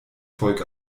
volk